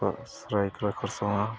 ᱥᱟᱹᱨᱟᱹᱭᱠᱮᱞᱟ ᱠᱷᱟᱨᱥᱟᱣᱟ